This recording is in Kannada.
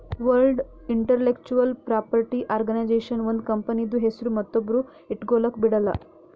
ವರ್ಲ್ಡ್ ಇಂಟಲೆಕ್ಚುವಲ್ ಪ್ರಾಪರ್ಟಿ ಆರ್ಗನೈಜೇಷನ್ ಒಂದ್ ಕಂಪನಿದು ಹೆಸ್ರು ಮತ್ತೊಬ್ರು ಇಟ್ಗೊಲಕ್ ಬಿಡಲ್ಲ